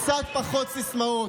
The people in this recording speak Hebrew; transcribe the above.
קצת פחות סיסמאות,